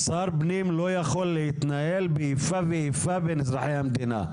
שר פנים לא יכול להתנהל באיפה ואיפה בין אזרחי המדינה.